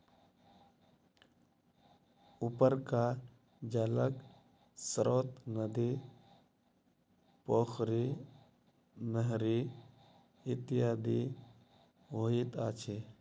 उपरका जलक स्रोत नदी, पोखरि, नहरि इत्यादि होइत अछि